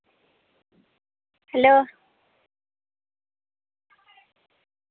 hello